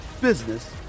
business